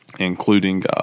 including